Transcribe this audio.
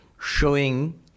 showing